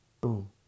boom